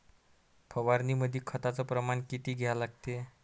फवारनीमंदी खताचं प्रमान किती घ्या लागते?